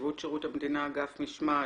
נציבות שירות המדינה אגף משמעת.